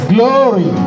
Glory